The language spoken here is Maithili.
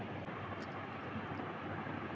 बैंक अपन शाखा में ऋण परामर्शक के नियुक्ति कयलक